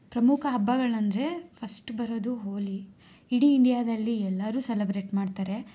ಪ್ರಮುಖ ಹಬ್ಬಗಳಂದರೆ ಫಸ್ಟ್ ಬರೋದು ಹೋಲಿ ಇಡೀ ಇಂಡಿಯಾದಲ್ಲಿ ಎಲ್ಲರೂ ಸೆಲೆಬ್ರೇಟ್ ಮಾಡ್ತಾರೆ